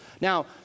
Now